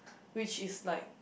which is like